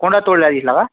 कोंडा तोडलाय दिसला का